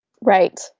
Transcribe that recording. Right